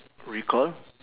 recall